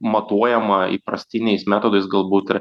matuojama įprastiniais metodais galbūt ir